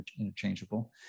interchangeable